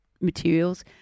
materials –